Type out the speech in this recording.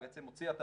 היא בעצם הוציאה את